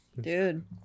Dude